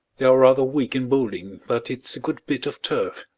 they are rather weak in bowling, but it's a good bit of turf.